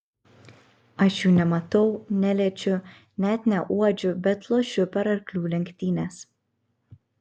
aš jų nematau neliečiu net neuodžiu bet lošiu per arklių lenktynes